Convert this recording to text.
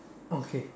okay